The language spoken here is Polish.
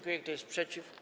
Kto jest przeciw?